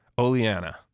Oleana